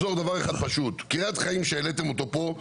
קריית חיים שהעליתם פה,